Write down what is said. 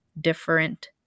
different